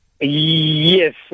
Yes